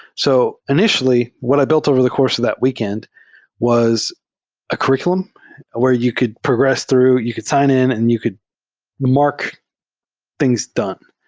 so, in itially, what i built over the course of that weekend was a curr iculum where you could progress through. you could sign in and you could mark things done,